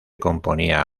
componía